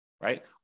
right